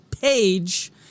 page